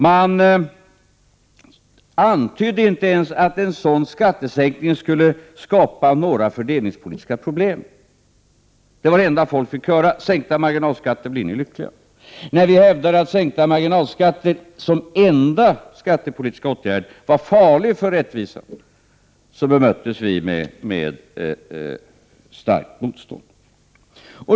De antydde inte ens att en sådan skattesänkning skulle skapa några fördelningspolitiska problem. Det var det enda folk fick höra: med sänkta marginalskatter blir ni lyckliga. När vi hävdade att sänkta marginalskatter som enda skattepolitiska åtgärd var farligt för rättvisan bemöttes vi med starkt motstånd.